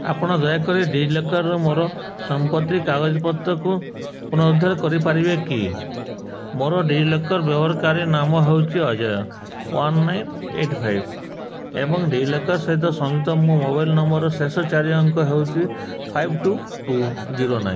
ଆପଣ ଦୟାକରି ଡିଜିଲକରରୁ ମୋର ସମ୍ପତ୍ତି କାଗଜପତ୍ର କୁ ପୁନରୁଦ୍ଧାର କରିପାରିବେ କି ମୋର ଡିଜିଲକର ବ୍ୟବହାରକାରୀ ନାମ ହେଉଛି Ajay one nine eight five ଏବଂ ଡିଜିଲକର ସହିତ ସଂଯୁକ୍ତ ମୋ ମୋବାଇଲ ନମ୍ବରର ଶେଷ ଚାରି ଅଙ୍କ ହେଉଛି five two two zero nine